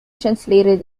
translated